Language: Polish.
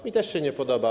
Mnie też się nie podoba.